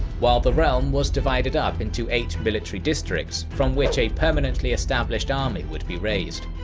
whilst the realm was divided up into eight military districts, from which a permanently established army would be raised.